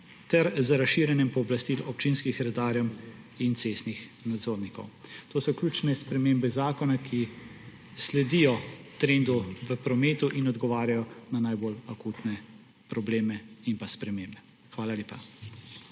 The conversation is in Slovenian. ter z razširjanjem pooblastil občinskih redarjem in cestnih nadzornikov. To so ključne spremembe zakona, ki sledijo trendu v prometu in odgovarjajo na najbolj akutne probleme in pa spremembe. Hvala lepa.